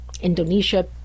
Indonesia